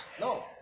No